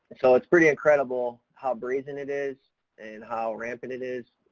so it's pretty incredible how brazen it is and how rampant it is,